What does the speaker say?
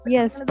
Yes